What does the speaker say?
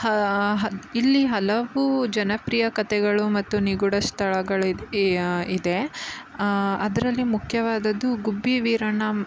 ಹಾ ಹ್ ಇಲ್ಲಿ ಹಲವು ಜನಪ್ರಿಯ ಕಥೆಗಳು ಮತ್ತು ನಿಗೂಢ ಸ್ಥಳಗಳು ಇದೆ ಅದರಲ್ಲಿ ಮುಖ್ಯವಾದದ್ದು ಗುಬ್ಬಿ ವೀರಣ್ಣ